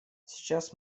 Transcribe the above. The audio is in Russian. сейчас